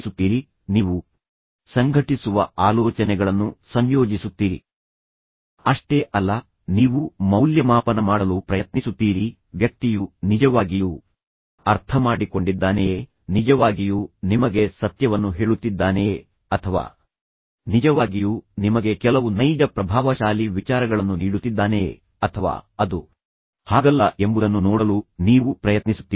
ತದನಂತರ ಅರ್ಥೈಸುತ್ತೀರಿ ನೀವು ಅರ್ಥೈಸಲು ಪ್ರಯತ್ನಿಸುತ್ತೀರಿ ಮತ್ತು ನಂತರ ಅರ್ಥವನ್ನು ಪಡೆಯಲು ಪ್ರಯತ್ನಿಸುತ್ತೀರಿ ಅಷ್ಟೇ ಅಲ್ಲ ನೀವು ಮೌಲ್ಯಮಾಪನ ಮಾಡಲು ಪ್ರಯತ್ನಿಸುತ್ತೀರಿ ವ್ಯಕ್ತಿಯು ನಿಜವಾಗಿಯೂ ಅರ್ಥಮಾಡಿಕೊಂಡಿದ್ದಾನೆಯೇ ನಿಜವಾಗಿಯೂ ನಿಮಗೆ ಸತ್ಯವನ್ನು ಹೇಳುತ್ತಿದ್ದಾನೆಯೇ ಅಥವಾ ನಿಜವಾಗಿಯೂ ನಿಮಗೆ ಕೆಲವು ನೈಜ ಪ್ರಭಾವಶಾಲಿ ವಿಚಾರಗಳನ್ನು ನೀಡುತ್ತಿದ್ದಾನೆಯೇ ಅಥವಾ ಅದು ಹಾಗಲ್ಲ ಎಂಬುದನ್ನು ನೋಡಲು ನೀವು ಪ್ರಯತ್ನಿಸುತ್ತೀರಿ